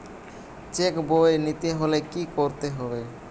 Check বই নিতে হলে কি করতে হবে?